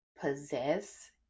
possess